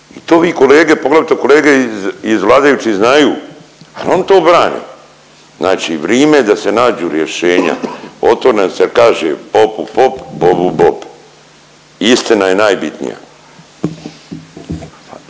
I to vi kolege, poglavito kolege iz vladajućih znaju, ali oni to brane. Znači vrime je da se nađu rješenja otvoreno se kaže popu pop bobu bob. Istina je najbitnija.